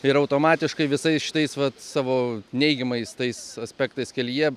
ir automatiškai visais šitais vat savo neigiamais tais aspektais kelyje